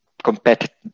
competitive